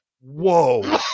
whoa